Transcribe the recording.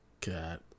God